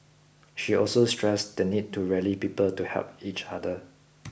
she also stressed the need to rally people to help each other